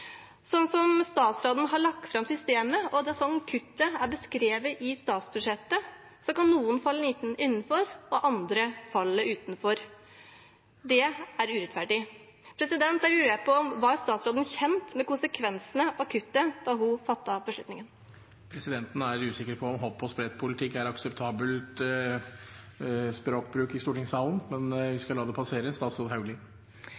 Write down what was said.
sånn som statsråden har lagt fram systemet, sånn kuttet er beskrevet i statsbudsjettet, kan noen falle innenfor og andre falle utenfor. Det er urettferdig. Da lurer jeg på: Var statsråden kjent med konsekvensene av kuttet da hun fattet beslutningen? Presidenten er usikker på om «hopp-og-sprett-politikk» er akseptabel språkbruk i stortingssalen, men